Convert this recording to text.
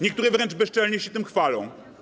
Niektóre wręcz bezczelnie się tym chwalą.